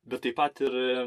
bet taip pat ir